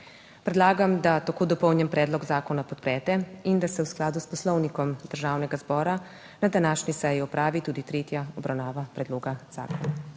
Predlagam, da tako dopolnjen predlog zakona podprete in da se v skladu s Poslovnikom Državnega zbora na današnji seji opravi tudi tretja obravnava predloga zakona.